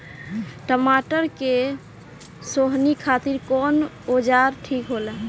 टमाटर के सोहनी खातिर कौन औजार ठीक होला?